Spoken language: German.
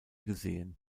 gesehen